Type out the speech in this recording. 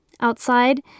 outside